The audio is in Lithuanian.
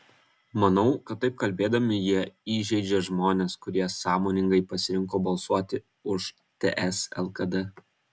manau kad taip kalbėdami jie įžeidžia žmones kurie sąmoningai pasirinko balsuoti už ts lkd